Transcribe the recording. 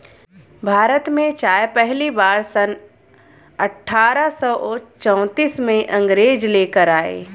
भारत में चाय पहली बार सन अठारह सौ चौतीस में अंग्रेज लेकर आए